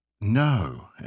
no